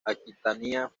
aquitania